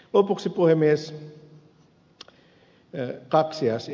lopuksi puhemies kaksi asiaa